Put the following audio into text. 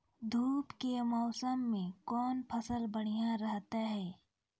धूप के मौसम मे कौन फसल बढ़िया रहतै हैं?